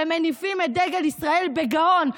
ומניפים את דגל ישראל בגאון,